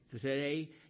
today